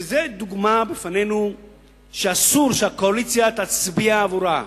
שזאת דוגמה להצעה שאסור שהקואליציה תצביע עבורה.